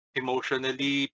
emotionally